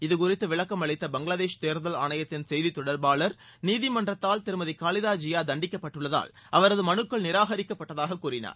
இது குறித்து விளக்கம் அளித்த பங்களாதேஷ் தேர்தல் ஆணையத்தின் செய்தித் தொடர்பாளர் நீதிமன்றத்தால் திருமதி கலிதா ஜியா தண்டிக்கப்பட்டுள்ளதால் அவரது மமனுக்கள் நிராகரிக்கப்பட்டதாக கூறினார்